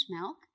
milk